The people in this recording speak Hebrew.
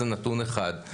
זה נתון אחד.